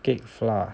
cake flour